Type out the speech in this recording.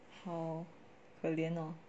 好可怜哦